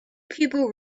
people